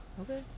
okay